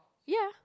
ya